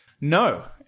No